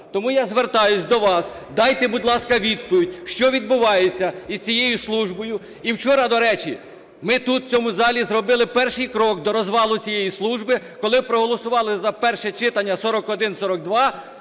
Тому я звертаюсь до вас, дайте, будь ласка, відповідь, що відбувається із цією службою? І вчора, до речі, ми тут в цьому залі зробили перший крок до розвалу цієї служби, коли проголосували за перше читання 4142,